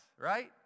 right